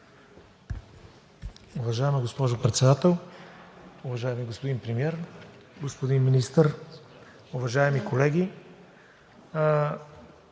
Уважаема госпожо Председател, уважаеми господин Премиер, господин Министър, уважаеми колеги!